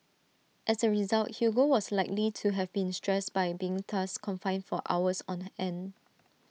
as A result Hugo was likely to have been stressed by being thus confined for hours on end